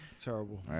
terrible